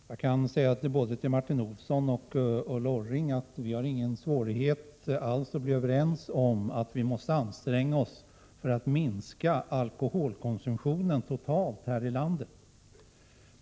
Herr talman! Jag kan säga till både Martin Olsson och Ulla Orring att vi inte alls har någon svårighet att bli överens om att ansträngningar måste göras för att minska den totala alkoholkonsumtionen i vårt land.